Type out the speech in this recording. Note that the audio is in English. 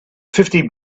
fifty